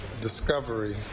discovery